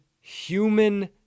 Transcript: human